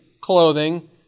clothing